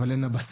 אבל הן הבסיס,